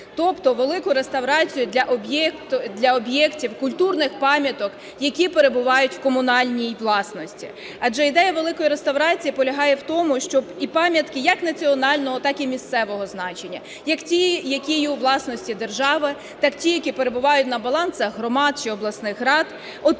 Тобто "Велику реставрацію" для об'єктів культурних пам'яток, які перебувають у комунальній власності. Адже ідея "Великої реставрації" полягає в тому, щоб і пам'ятки як національного, так і місцевого значення, як ті, які є у власності держави, так і ті, які перебувають на балансах громад чи обласних рад,